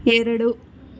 ಎರಡು